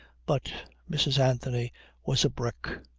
but mrs. anthony was a brick.